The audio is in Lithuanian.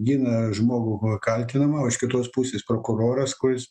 gina žmogų kaltinamą o iš kitos pusės prokuroras kuris